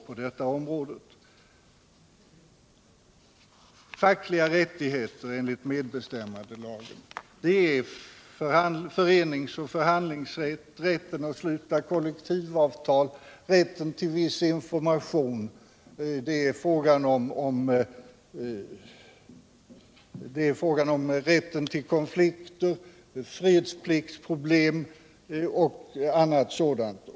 Fackliga rättigheter enligt medbestämmandelagen är föreningsoch förhandlingsrätt, rätten att sluta kollektivavtal, rätten till viss information, rätten till konflikter, fredspliktsproblem och annat sådant.